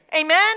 Amen